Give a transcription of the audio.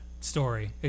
story